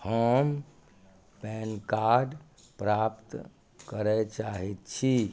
हम PAN card प्राप्त करय चाहैत छी